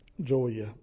Joya